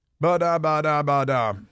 Ba-da-ba-da-ba-da